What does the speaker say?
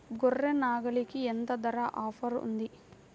గొర్రె, నాగలికి ఎంత ధర ఆఫర్ ఉంది?